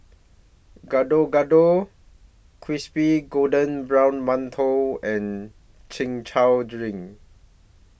Gado Gado Crispy Golden Brown mantou and Chin Chow Drink